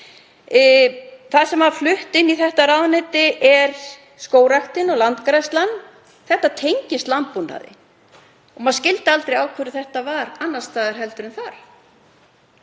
Það sem er flutt inn í þetta ráðuneyti er skógræktin og landgræðslan. Þetta tengist landbúnaði. Maður skildi aldrei af hverju þetta var annars staðar en þar.